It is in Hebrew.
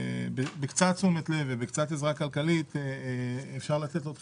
שבקצת תשומת לב ובקצת עזרה כלכלית אפשר לתת לו דחיפה.